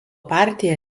partija